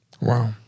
Wow